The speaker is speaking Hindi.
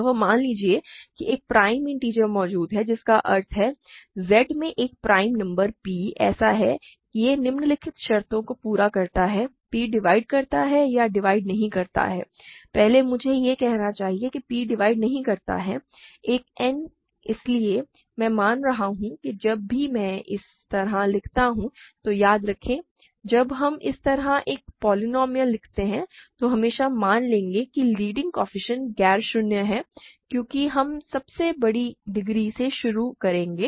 तो अब मान लीजिए कि एक प्राइम इन्टिजर मौजूद है जिसका अर्थ है Z में एक प्राइम नंबर p ऐसा है कि यह निम्नलिखित शर्तों को पूरा करता है p डिवाइड करता है या डिवाइड नहीं करता है पहले मुझे यह कहना चाहिए कि p डिवाइड नहीं करता है एक n इसलिए मैं मान रहा हूं कि जब भी मैं इस तरह लिखता हूं तो याद रखें जब हम इस तरह एक पोलीनोमिअल लिखते हैं तो हम हमेशा मान लेंगे कि लीडिंग कोएफ़िशिएंट गैर शून्य है क्योंकि हम सबसे बड़ी डिग्री से शुरू करेंगे